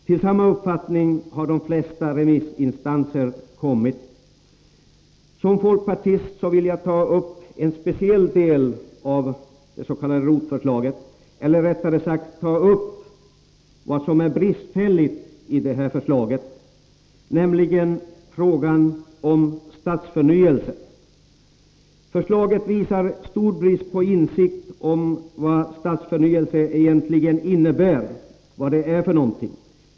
Till samma uppfattning har de flesta remissinstanser kommit. Som folkpartist vill jag påpeka vad som är bristfälligt i det s.k. ROT-förslaget. Det gäller frågan om stadsförnyelse. Förslaget visar stor brist på insikt om vad stadsförnyelse egentligen är för någonting.